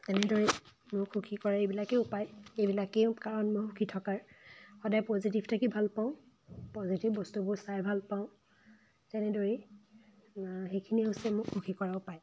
এনেদৰেই মোক সুখী কৰা এইবিলাকেই উপাই এইবিলাকেই কাৰণ সুখী থকাৰ সদায় পজিটিভ থাকি ভাল পাওঁ পজিটিভ বস্তুবোৰ চাই ভাল পাওঁ তেনেদৰেই সেইখিনিয়েই হৈছে মোক সুখী কৰাৰ উপায়